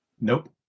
nope